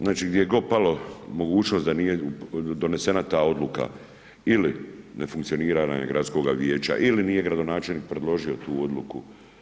Znači gdje je god pala mogućnost da nije donesena ta odluka ili ne funkcioniranje gradskoga vijeća ili nije gradonačelnik predložio tu odluku.